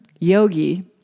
yogi